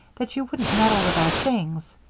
that you wouldn't meddle with our things.